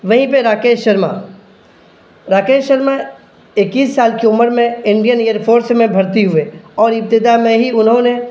وہیں پہ راکیش شرما راکیش شرما اکیس سال کی عمر میں انڈین ایئر فورس میں بھرتی ہوئے اور ابتدا میں ہی انہوں نے